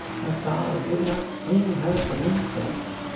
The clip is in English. her sorrow did not screen her from insult.